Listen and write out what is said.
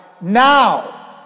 Now